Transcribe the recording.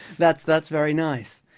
that's that's very nice.